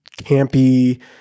campy